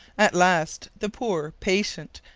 at last the poor, patient,